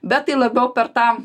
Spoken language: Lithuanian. bet tai labiau per tą